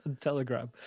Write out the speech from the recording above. Telegram